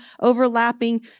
overlapping